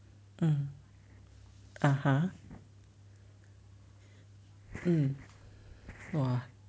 mm (uh huh) mm !wah!